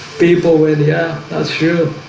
people with yeah, not sure